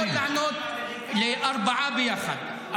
אני יכול לענות לארבעה ביחד,